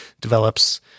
develops